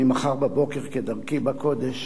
אני מחר בבוקר, כדרכי בקודש,